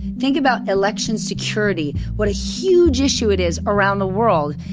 think about election security, what a huge issue it is around the world.